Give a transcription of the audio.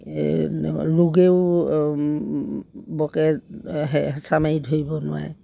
ৰোগেও বৰকৈ হেঁচা মাৰি ধৰিব নোৱাৰে